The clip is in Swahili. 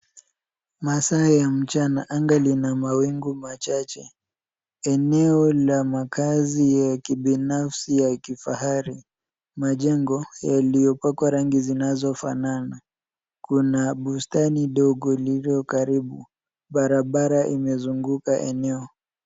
Masaa ya mchana anga lina mawingu machache. Eneo la makazi ya kibinafsi ya kifahari, majengo yaliyopakwa rangi zinazofanana. Ina bustani dogo lililo karibu. Barabara imezunguka eneo.